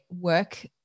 work